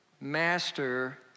Master